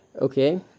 okay